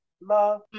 Love